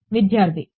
విద్యార్థి 0